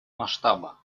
масштаба